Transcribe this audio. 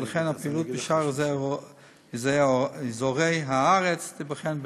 ולכן הפעילות בשאר אזורי הארץ תיבחן בהמשך.